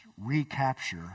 recapture